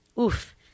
Oof